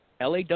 LAW